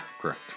correct